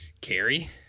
Carrie